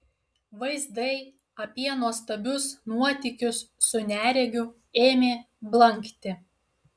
vaizdai apie nuostabius nuotykius su neregiu ėmė blankti